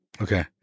Okay